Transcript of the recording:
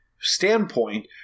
standpoint